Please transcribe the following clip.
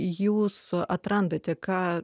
jūs atrandate ką